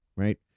Right